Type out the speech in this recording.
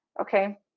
Okay